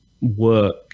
work